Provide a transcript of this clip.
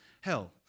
hell